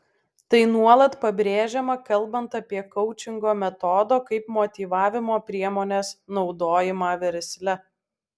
tai nuolat pabrėžiama kalbant apie koučingo metodo kaip motyvavimo priemonės naudojimą versle